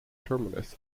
terminus